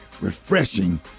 refreshing